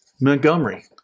Montgomery